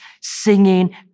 Singing